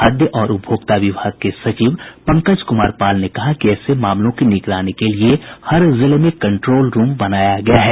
खाद्य और उपभोक्ता विभाग के सचिव पंकज कुमार पाल ने कहा कि ऐसे मामलों की निगरानी के लिए हर जिले में कंट्रोल रूम बनाया गया है